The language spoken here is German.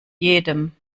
jedem